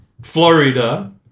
Florida